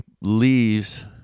leaves